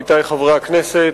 עמיתי חברי הכנסת,